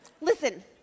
listen